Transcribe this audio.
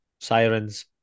Sirens